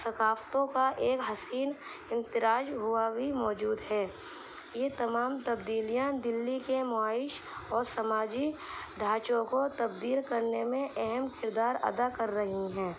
ثقافتوں کا ایک حسین امتزاج وہاں بھی موجود ہے یہ تمام تبدیلیاں دلی کے معاشی اور سماجی ڈھانچوں کو تبدیل کرنے میں اہم کردار ادا کر رہی ہیں